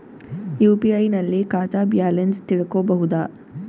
UPI ನಲ್ಲಿ ಖಾತಾ balance ತಿಳಕೊ ಬಹುದಾ?